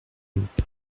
haut